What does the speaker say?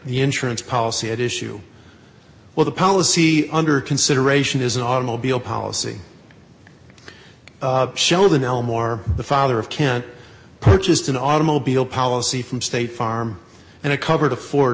the insurance policy at issue well the policy under consideration is an automobile policy show than elmore the father of kent purchased an automobile policy from state farm and it covered a for